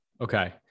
okay